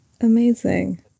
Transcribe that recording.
Amazing